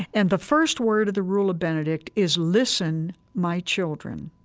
and the first word of the rule of benedict is listen, my children,